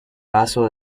vaso